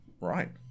Right